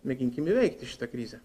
mėginkim įveikti šitą krizę